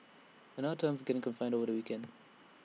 another term for getting confined over the weekend